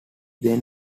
then